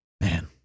man